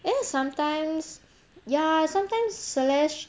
and then sometimes ya sometimes celeste